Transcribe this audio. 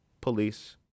police